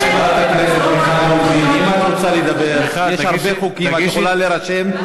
אתה עלית להגן על ההחלטה של ועדת האתיקה.